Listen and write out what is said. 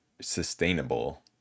sustainable